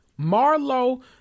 Marlo